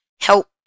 help